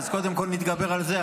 אז קודם כול נתגבר על זה.